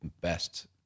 best